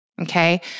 Okay